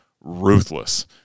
ruthless